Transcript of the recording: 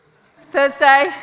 Thursday